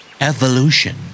Evolution